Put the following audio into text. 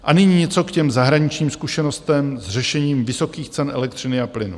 A nyní něco k těm zahraničním zkušenostem s řešením vysokých cen elektřiny a plynu.